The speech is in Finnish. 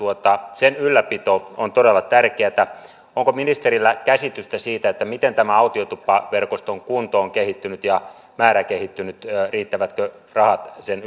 sen ylläpito on todella tärkeätä onko ministerillä käsitystä siitä miten tämän autiotupaverkoston kunto ja määrä ovat kehittyneet riittävätkö rahat sen